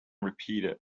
repeated